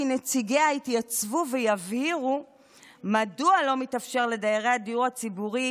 נציגיה יתייצבו ויבהירו מדוע לא מתאפשר לדיירי הדיור הציבורי